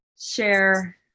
share